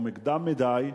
או מוקדם מדי,